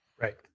Right